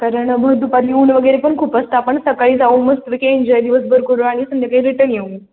कारण भर दुपारी ऊन वगैरे पण खूप असतं आपण सकाळी जाऊ मस्तपैकी एन्जॉय दिवसभर करू आणि संध्याकाळी रिटर्न येऊ